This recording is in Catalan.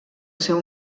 seu